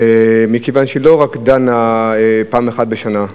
מכיוון שהיא לא רק דנה פעם אחת בשנה.